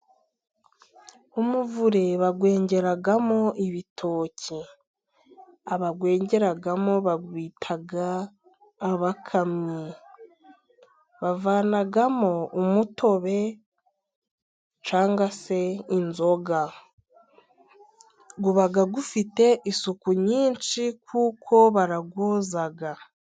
Umuvure bawengeramo ibitoki, abawengeramo babita abakamyi, bavanamo umutobe cyangwa se inzoga, uba ufite isuku nyinshi kuko barawoza.